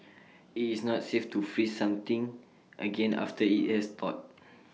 IT is not safe to freeze something again after IT has thawed